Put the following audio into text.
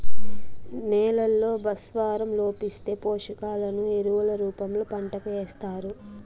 నేలల్లో భాస్వరం లోపిస్తే, పోషకాలను ఎరువుల రూపంలో పంటకు ఏస్తారు